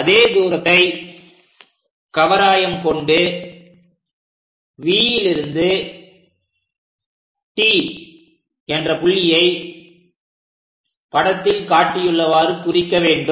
அதே தூரத்தை கவராயம் கொண்டு V லிருந்து T என்ற புள்ளியை படத்தில் காட்டியுள்ளவாறு குறிக்க வேண்டும்